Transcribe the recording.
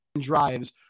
drives